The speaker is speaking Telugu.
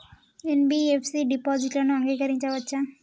ఎన్.బి.ఎఫ్.సి డిపాజిట్లను అంగీకరించవచ్చా?